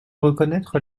reconnaître